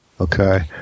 Okay